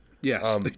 Yes